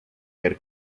ver